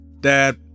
Dad